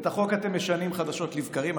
אתם משנים חדשות לבקרים.